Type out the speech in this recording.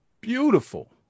beautiful